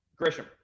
Grisham